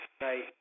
Right